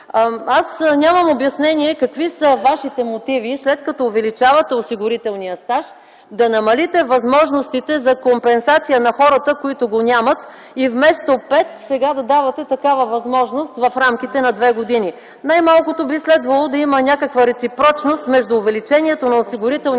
Аз нямам обяснение какви са Вашите мотиви, след като увеличавате осигурителния стаж, да намалите възможностите за компенсация на хората, които го нямат, и вместо пет сега да давате такава възможност в рамките на две години. Най-малкото би следвало да има някаква реципрочност между увеличенията на осигурителния стаж